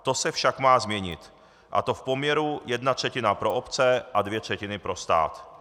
To se však má změnit, a to v poměru jedna třetina pro obce a dvě třetiny pro stát.